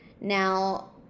Now